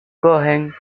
cohen